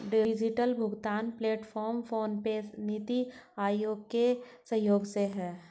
digital भुगतान platform PhonePe, NITI Aayog के सहयोग से है